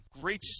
great